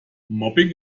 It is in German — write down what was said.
mobbing